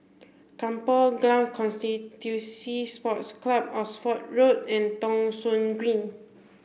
Kampong Glam Constituency Sports Club Oxford Road and Thong Soon Green